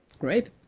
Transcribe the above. Great